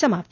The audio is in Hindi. समाप्त